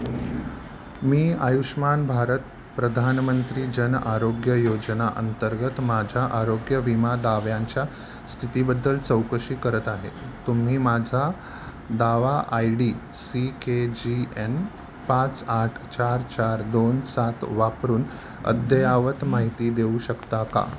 मी आयुष्मान भारत प्रधानमंत्री जन आरोग्य योजना अंतर्गत माझ्या आरोग्य विमा दाव्यांच्या स्थितीबद्दल चौकशी करत आहे तुम्ही माझा दावा I D C K G N पाच आठ चार चार दोन सात वापरून अद्ययावत माहिती देऊ शकता का